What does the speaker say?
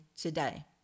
today